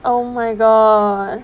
oh my god